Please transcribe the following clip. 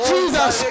Jesus